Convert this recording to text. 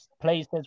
places